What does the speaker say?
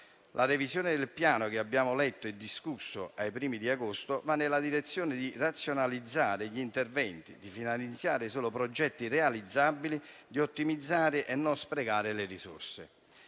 La revisione del Piano, che abbiamo letto e discusso ai primi di agosto, va nella direzione di razionalizzare gli interventi, di finanziare solo progetti realizzabili, di ottimizzare e non sprecare le risorse.